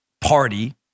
party